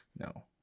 No